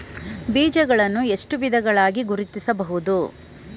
ಬೀಜಗಳನ್ನು ಎಷ್ಟು ವಿಧಗಳಾಗಿ ಗುರುತಿಸಬಹುದು?